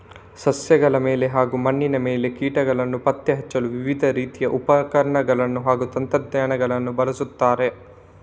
ಸಸ್ಯಗಳ ಮೇಲೆ ಹಾಗೂ ಮಣ್ಣಿನ ಮೇಲೆ ಕೀಟಗಳನ್ನು ಪತ್ತೆ ಹಚ್ಚಲು ವಿವಿಧ ರೀತಿಯ ಉಪಕರಣಗಳನ್ನು ಹಾಗೂ ತಂತ್ರಗಳನ್ನು ಬಳಸುತ್ತಾರೆ